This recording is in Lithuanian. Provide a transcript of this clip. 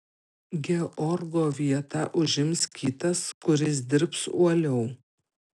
georgo vietą užims kitas kuris dirbs uoliau